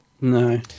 No